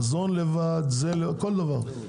מזון לבד כל דבר.